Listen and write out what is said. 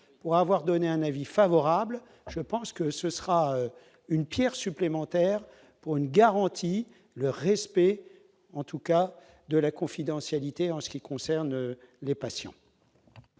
pour avoir donné un avis favorable, je pense que ce sera une Pierre supplémentaire pour une garantie le respect en tout cas de la confidentialité, en ce qui concerne les patients.